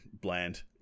bland